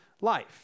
life